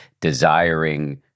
desiring